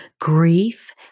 Grief